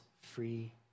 free